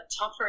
tougher